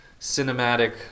cinematic